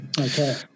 Okay